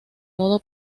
modo